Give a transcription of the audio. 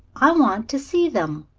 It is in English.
i want to see them.